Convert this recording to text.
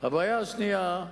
הבעיה השנייה,